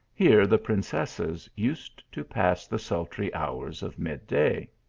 here the princesses used to pass the sultry hours of mid-day.